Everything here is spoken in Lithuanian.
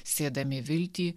sėdami viltį